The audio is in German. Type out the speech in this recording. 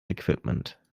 equipment